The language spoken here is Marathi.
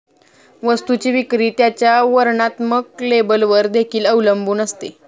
वस्तूची विक्री त्याच्या वर्णात्मक लेबलवर देखील अवलंबून असते